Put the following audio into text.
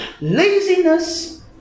laziness